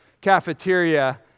cafeteria